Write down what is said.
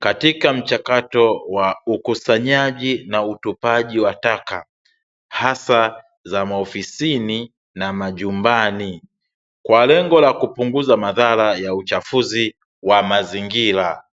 katika mchakato wa ukusanyaji na utupaji wa taka, hasa za maofisini na majumbani. Kwa lengo la kupunguza madhara ya uchafuzi wa mazingira.